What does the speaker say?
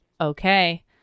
Okay